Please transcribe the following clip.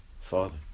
Father